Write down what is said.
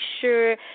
sure